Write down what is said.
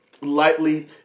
lightly